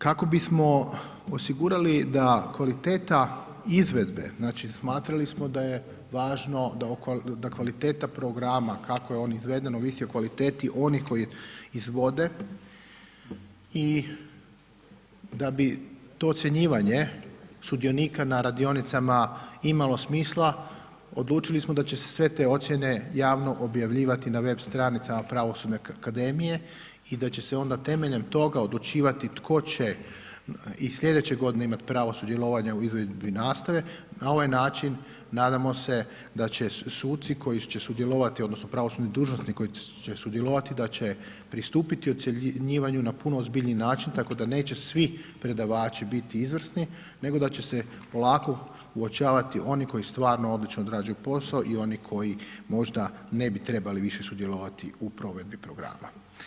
Kako bismo osigurali da kvaliteta izvedbe, znači smatrali smo da je važno da kvaliteta programa kako je on izveden, ovisi o kvaliteti onih koji izvode i da bi to ocjenjivanje sudionika na radionicama imalo smisla, odlučili smo da će se sve te ocjene javno objavljivati na web stranicama Pravosudne akademije i da će se onda temeljem toga odlučivati tko će i slijedeće godine imati pravo sudjelovanja u izvedbi nastave, na ovaj način nadamo se da će suci koji će sudjelovati odnosno pravosudni dužnosnik koji će sudjelovati da će pristupiti ocjenjivanju na puno ozbiljniji način tako da neće svi predavači biti izvrsni nego da će ovako uočavati oni koji stvarno odlično odrađuju posao i oni koji možda ne bi trebali više sudjelovati u provedbi programa.